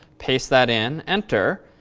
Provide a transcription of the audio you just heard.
paste that in. enter.